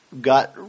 got